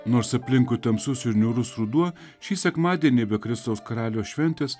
nors aplinkui tamsus ir niūrus ruduo šį sekmadienį be kristaus karaliaus šventės